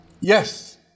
Yes